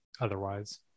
Otherwise